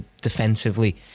defensively